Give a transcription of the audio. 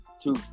two